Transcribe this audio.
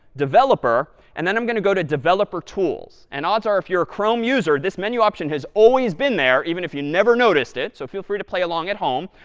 developer, and then i'm going to go to developer tools. and odds are if you're a chrome user, this menu option has always been there, even if you never noticed it. so feel free to play along at home.